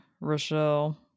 rochelle